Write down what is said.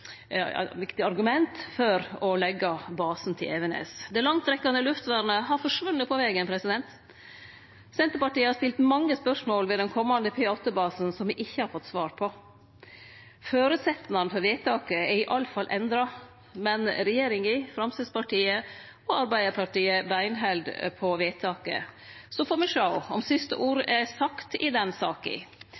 argument for å leggje basen til Evenes. Det langtrekkjande luftvernet har forsvunne på vegen. Senterpartiet har stilt mange spørsmål ved den komande P-8-basen som me ikkje har fått svar på. Føresetnaden for vedtaket er i alle fall endra, men regjeringa, Framstegspartiet og Arbeidarpartiet beinheld på vedtaket. Så får me sjå om siste ord er sagt i den saka.